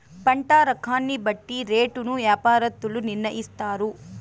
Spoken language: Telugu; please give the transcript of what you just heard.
పంట రకాన్ని బట్టి రేటును యాపారత్తులు నిర్ణయిత్తారు